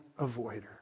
avoider